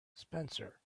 spencer